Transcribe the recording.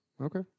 Okay